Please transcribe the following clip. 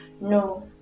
No